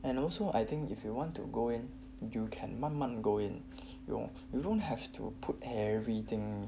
and also I think if you want to go in you can 慢慢 go in you don't have to put everything